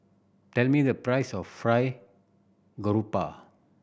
tell me the price of Fried Garoupa